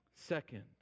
Second